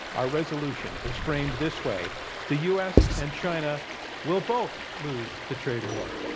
our resolution is framed this way the u. s. and china will both lose the trade war.